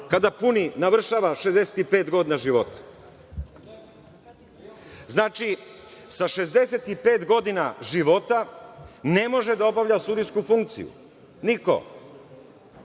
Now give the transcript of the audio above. kada navršava 65 godina života. Znači, sa 65 godina života ne može da obavlja sudijsku funkciju niko.